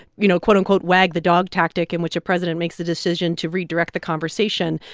you know, quote, unquote, wag the dog tactic in which a president makes the decision to redirect the conversation,